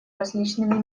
различными